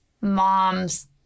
mom's